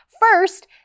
First